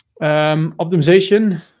Optimization